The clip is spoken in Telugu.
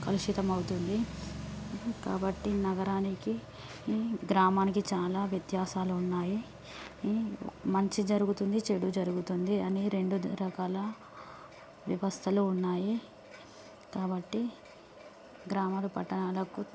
కలుషితం అవుతుంది కాబట్టి నగరానికి గ్రామానికి చాలా వ్యత్యాసాలు ఉన్నాయి మంచి జరుగుతుంది చెడు జరుగుతుంది అని రెండు రకాల వ్యవస్థలు ఉన్నాయి కాబట్టి గ్రామాలు పట్టణాలకు